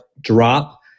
drop